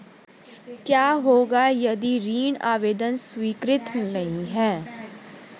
क्या होगा यदि ऋण आवेदन स्वीकृत नहीं है?